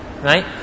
right